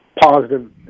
Positive